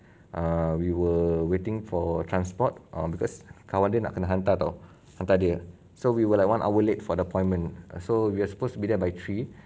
err we were waiting for transport because kawan dia nak kena hantar [tau] hantar dia so we were like one hour late for the appointment so we're supposed to be there by three